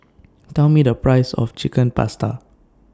Tell Me The Price of Chicken Pasta